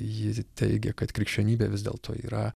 ji teigia kad krikščionybė vis dėlto yra